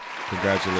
Congratulations